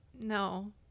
No